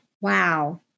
wow